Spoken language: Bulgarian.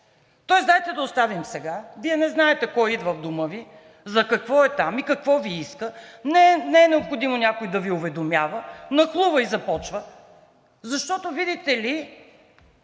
Тоест дайте да оставим сега, Вие не знаете кой идва в дома Ви, за какво е там и какво Ви иска, не е необходимо някой да Ви уведомява, нахлува и започва, защото, видите ли,